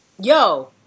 Yo